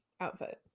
outfit